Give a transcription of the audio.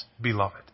beloved